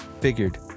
Figured